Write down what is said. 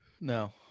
No